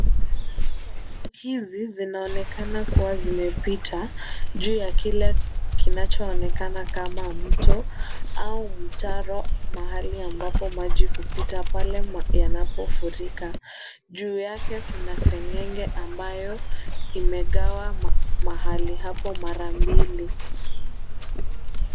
Pipu hizi zinaonekana kuwa zimepita juu ya kile kinachoonekana kama mto au mtaro mahali ambapo maji hupita pale yanapofurika. Juu yake kuna seng'enge ambayo imegawa mahali hapo mara mbili.